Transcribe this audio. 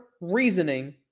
reasoning